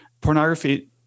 Pornography